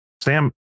Sam